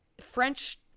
French